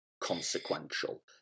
consequential